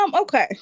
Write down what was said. okay